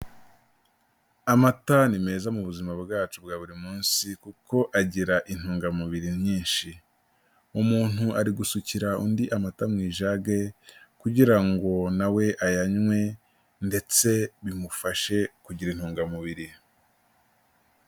Amata ni meza mu buzima bwacu bwa buri munsi kuko agira intungamubiri nyinshi, umuntu ari gusukira undi amata mu ijage kugira ngo nawe ayanywe ndetse bimufashe kugira intungamubiri.